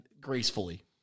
gracefully